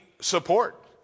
support